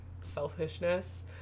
selfishness